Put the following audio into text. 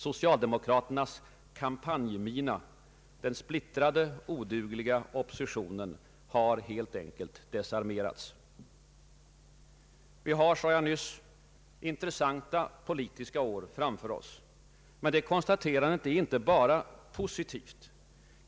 Socialdemokraternas kampanjmina — den splittrade, odugliga oppositionen — har helt enkelt desarmerats. Vi har — sade jag nyss — intressanta politiska år framför oss. Men det konstaterandet är inte enbart positivt.